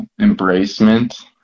embracement